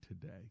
today